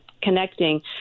connecting